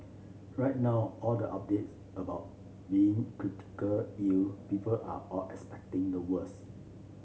right now all the updates about being critically ill people are all expecting the worse